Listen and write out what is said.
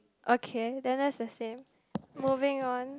okay then that's the same moving on